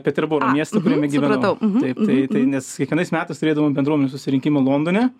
peterboro mieste kuriame gyvenau taip tai tai nes kiekvienais metais turėdavom bendruomenės susirinkimą londone